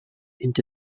into